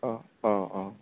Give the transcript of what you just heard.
औ औ औ